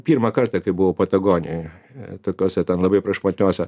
pirmą kartą kai buvau patagonijoje tokiose ten labai prašmatniose